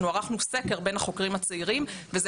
אנחנו ערכנו סקר בין החוקרים הצעירים וזה